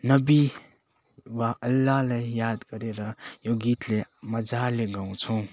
नबी वा अल्लाहलाई याद गरेर यो गीतले मज्जाले गाउँछौँ